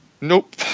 nope